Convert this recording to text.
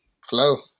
Hello